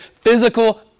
physical